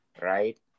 right